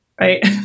right